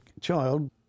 child